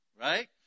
Right